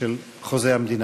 של חוזה המדינה.